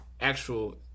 actual